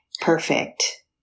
Perfect